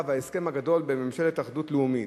וההסכם הגדול של ממשלת אחדות לאומית,